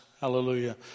Hallelujah